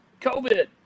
COVID